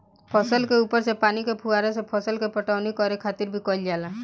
फसल के ऊपर से पानी के फुहारा से फसल के पटवनी करे खातिर भी कईल जाला